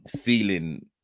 feeling